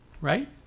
right